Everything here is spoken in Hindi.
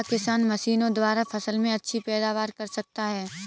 क्या किसान मशीनों द्वारा फसल में अच्छी पैदावार कर सकता है?